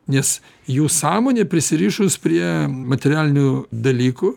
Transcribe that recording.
nes jų sąmonė prisirišus prie materialinių dalykų